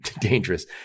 dangerous